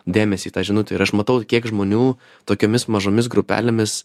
dėmesį ta žinutę ir aš matau kiek žmonių tokiomis mažomis grupelėmis